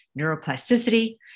neuroplasticity